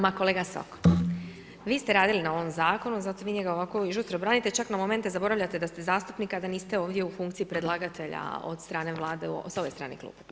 Ma kolega Sokol, vi ste radili na ovom zakonu, zato vi njega ovako i žustro branite, čak na momente zaboravljate da ste zastupnik a da niste ovdje u funkciji predlagatelja od strane Vlade s ove strane klupe.